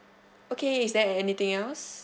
okay is there anything else